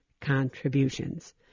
contributions